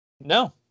No